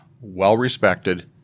well-respected